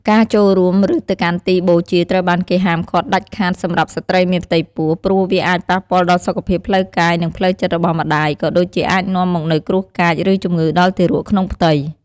ការចូលរួម ឬទៅកាន់ទីបូជាត្រូវបានគេហាមឃាត់ដាច់ខាតសម្រាប់ស្ត្រីមានផ្ទៃពោះ ព្រោះវាអាចប៉ះពាល់ដល់សុខភាពផ្លូវកាយ និងផ្លូវចិត្តរបស់ម្តាយ ក៏ដូចជាអាចនាំមកនូវគ្រោះកាច ឬជំងឺដល់ទារកក្នុងផ្ទៃ។